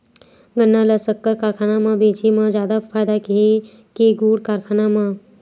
गन्ना ल शक्कर कारखाना म बेचे म जादा फ़ायदा हे के गुण कारखाना म?